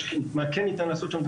מעבר לכך מה כן ניתן לעשות שם,